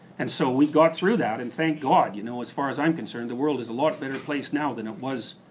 and so, we got through that, and thank god, you know, as far as i'm concerned, the world is a lot better place now than it was,